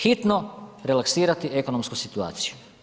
Hitno relaksirati ekonomsku situaciju.